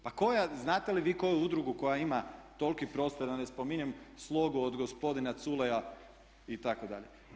Pa znate li vi koju udrugu koja ima toliki prostor, da ne spominjem "Slogu" od gospodina Culeja itd.